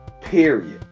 period